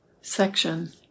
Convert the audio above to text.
section